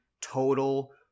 total